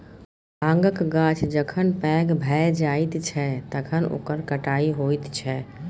भाँगक गाछ जखन पैघ भए जाइत छै तखन ओकर कटाई होइत छै